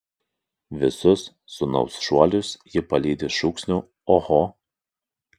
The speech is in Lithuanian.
visus sūnaus šuolius ji palydi šūksniu oho